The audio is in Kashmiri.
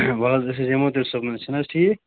ولہٕ حظ أسۍ حظ یِمو تیٚلہِ صُبحنس چھُ نہٕ ٹھیٖک